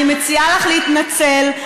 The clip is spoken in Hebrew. אני מציעה לך להתנצל.